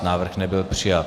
Návrh nebyl přijat.